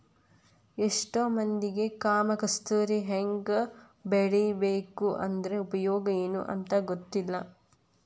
ಎಷ್ಟೋ ಮಂದಿಗೆ ಕಾಮ ಕಸ್ತೂರಿ ಹೆಂಗ ಬೆಳಿಬೇಕು ಅದ್ರ ಉಪಯೋಗ ಎನೂ ಅಂತಾ ಗೊತ್ತಿಲ್ಲ